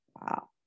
wow